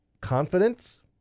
confidence